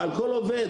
ועל כל עובד.